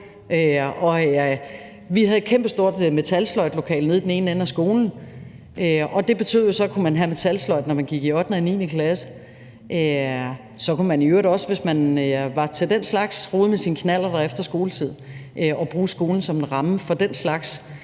Vi havde et kæmpestort metalsløjdlokale nede i den ene ende af skolen, og det betød, at så kunne man have metalsløjd når man gik i 8. og 9. klasse. Så kunne man i øvrigt også, hvis man var til den slags, rode med sine knallerter efter skoletid og bruge skolen som en ramme for den slags.